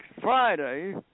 Friday